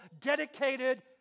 dedicated